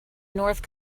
north